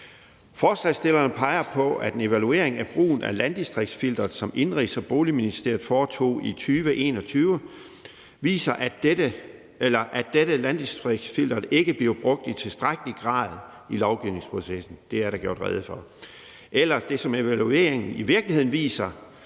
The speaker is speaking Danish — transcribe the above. Forslagsstillerne peger på, at en evaluering af brugen af landdistriktsfilteret, som Indenrigs- og Boligministeriet foretog i 2021, viser, at landdistriktsfilteret ikke bliver brugt i tilstrækkelig grad i lovgivningsprocessen. Det er der gjort rede for. Men det, som evalueringen i virkeligheden viser,